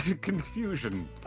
Confusion